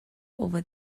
over